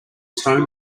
stone